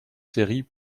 séries